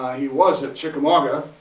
he was at chickamauga.